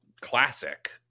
classic